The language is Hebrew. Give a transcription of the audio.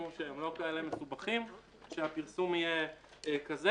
שהם לא כאלה מסובכים שהפרסום יהיה כזה.